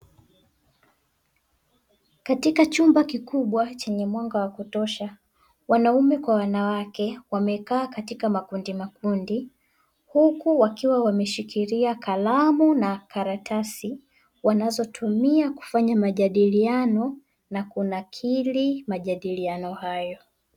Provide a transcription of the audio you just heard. Katika chumba kikubwa chenye mwanga wakutosha wanaume kwa wanawake, wamekaa katika makundi makundi huku wakiwa wameshikilia kalamu na karatasi wanazotumia kufanya majadiliano, nakunakili majadiliano hayo.